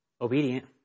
obedient